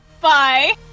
Bye